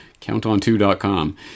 CountOnTwo.com